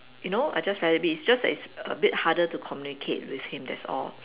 you know I just let it be it's just that it's a bit harder to communicate with him that's all